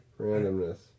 Randomness